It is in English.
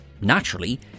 naturally